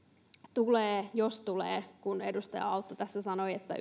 tulee jos tulee kun edustaja autto tässä sanoi että